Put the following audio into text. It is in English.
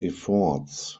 efforts